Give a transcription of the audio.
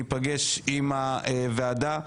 ניפגש עם הוועדה.